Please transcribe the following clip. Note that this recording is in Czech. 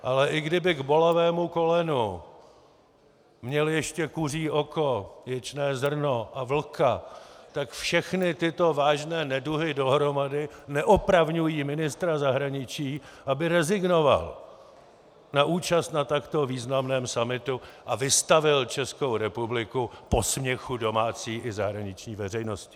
Ale i kdyby k bolavému kolenu měl ještě kuří oko, ječné zrno a vlka, tak všechny tyto vážné neduhy dohromady neopravňují ministra zahraničí, aby rezignoval na účast na takto významném summitu a vystavil Českou republiku posměchu domácí i zahraniční veřejnosti.